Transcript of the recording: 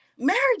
marriage